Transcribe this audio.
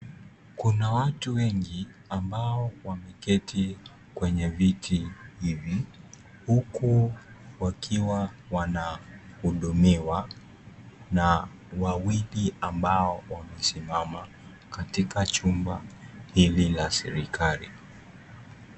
Kuna watu wengi ambao wameketi kwenye viti hivi huku wakiwa wanahudumiwa na wawili ambao wamesimama katika chumba hili la serikali.